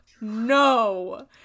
no